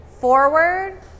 Forward